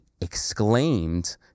exclaimed